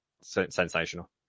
Sensational